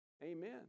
Amen